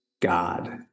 God